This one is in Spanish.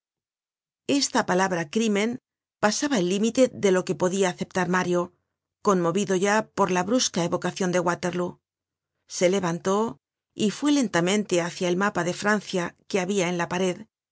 esta palabra crimen pasaba el límite de lo que podia aceptar mario conmovido ya por la brusca evocacion de waterlóo se levantó y fué lentamente hácia el mapa de francia que habia en la pared